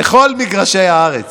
בכל מגרשי הארץ,